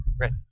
Right